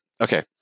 okay